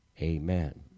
Amen